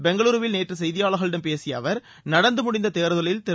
பெங்களுருவில் நேற்று செய்தியாளர்களிடம் பேசிய அவர் நடந்து முடிந்த தேர்தலில் திரு